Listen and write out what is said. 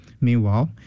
Meanwhile